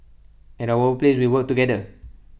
at our work places we work together